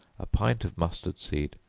a pint of mustard seed,